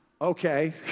Okay